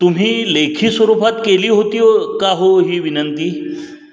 तुम्ही लेखी स्वरूपात केली होती हो का हो ही विनंती